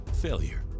Failure